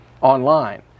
online